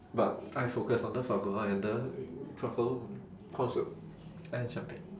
but I focus on the foie gras and the truffle corn soup and champagne